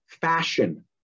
fashion